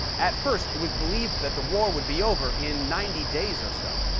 at first, it was believed that the war would be over in ninety days or so.